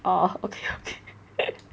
oh okay okay